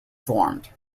formed